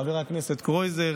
חבר הכנסת קרויזר,